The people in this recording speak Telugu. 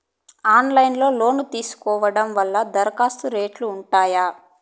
ఆన్లైన్ లో లోను తీసుకోవడం వల్ల దరఖాస్తు రేట్లు ఉంటాయా?